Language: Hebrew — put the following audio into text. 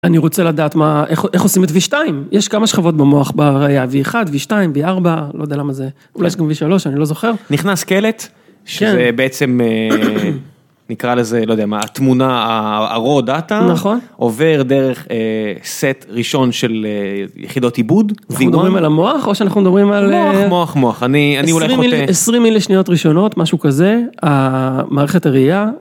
אני רוצה לדעת איך עושים את V2, יש כמה שכבות במוח בראייה, V1, V2, V4, לא יודע למה זה, אולי יש גם V3, אני לא זוכר. נכנס קלט, שבעצם, נקרא לזה, לא יודע מה, התמונה, ה-raw data, עובר דרך סט ראשון של יחידות עיבוד. אנחנו מדברים על המוח או שאנחנו מדברים על... מוח, מוח, מוח, אני אולי חוטא. 20 מילי שניות ראשונות, משהו כזה, המערכת הראייה.